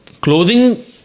clothing